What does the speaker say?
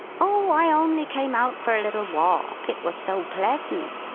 o, i only came out for a little walk, it was so pleasant,